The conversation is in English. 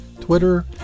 Twitter